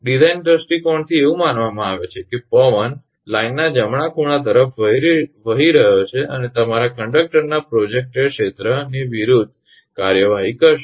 design દૃષ્ટિકોણથી એવું માનવામાં આવે છે કે પવન લાઇનના જમણા ખૂણા તરફ વહી રહ્યો છે અને તમારા કંડકટરના પ્રોજેક્ટેડ ક્ષેત્રની વિરુદ્ધ કાર્યવાહી કરશે